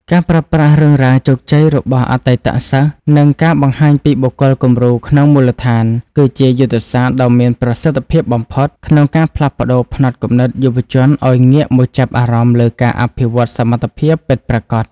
ការប្រើប្រាស់រឿងរ៉ាវជោគជ័យរបស់អតីតសិស្ស និងការបង្ហាញពីបុគ្គលគំរូក្នុងមូលដ្ឋាន គឺជាយុទ្ធសាស្ត្រដ៏មានប្រសិទ្ធភាពបំផុត ក្នុងការផ្លាស់ប្តូរផ្នត់គំនិតយុវជនឱ្យងាកមកចាប់អារម្មណ៍លើការអភិវឌ្ឍសមត្ថភាពពិតប្រាកដ។